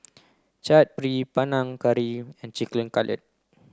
Chaat Papri Panang Curry and Chicken Cutlet